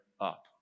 up